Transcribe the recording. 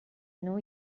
know